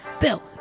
Bill